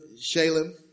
Shalem